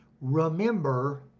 Remember